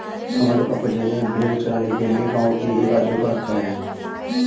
हमारे पापा जी ने भेड़ चराने के लिए गांव के एक आदमी को रखा है